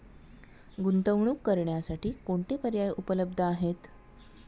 गुंतवणूक करण्यासाठी कोणते पर्याय उपलब्ध आहेत?